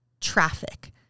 traffic